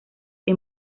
que